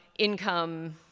income